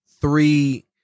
three